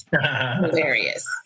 Hilarious